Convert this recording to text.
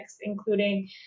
including